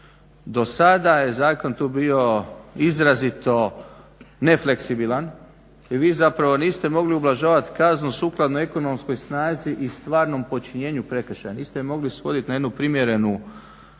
Do sada je zakon tu bio izrazito nefleksibilan i vi zapravo niste mogli ublažavat kaznu sukladno ekonomskoj snazi i stvarnom počinjenju prekršaja, niste je mogli svodi na jednu primjerenu